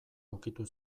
ukitu